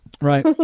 Right